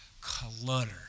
clutter